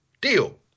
deal